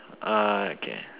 uh okay